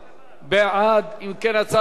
אם כן, הצעת החוק לא נתקבלה, רבותי.